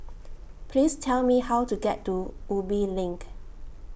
Please Tell Me How to get to Ubi LINK